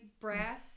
brass